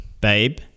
Babe